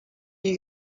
you